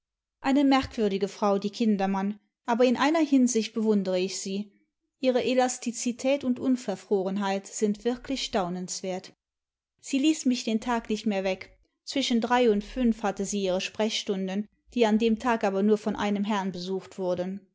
eine merkwürdige frau die kindermann aber in einer hinsicht bewundere ich sie ihre elastizität und unverfrorenheit sind wirklich staunenswert sie ließ mich den tag nicht mehr weg zwischen drei und fünf hat sie ihre sprechstunden die an dem tag aber nur von einem herrn besucht wurden